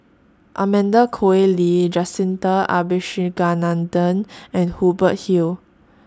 Amanda Koe Lee Jacintha Abisheganaden and Hubert Hill